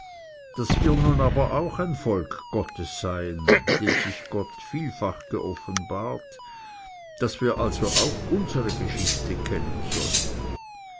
daß wir nun aber auch ein volk gottes seien dem sich gott vielfach geoffenbaret daß wir also auch unsere geschichte kennen sollten